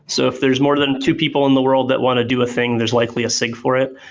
so if there's more than two people in the world that want to do a thing, there's likely a sig for it.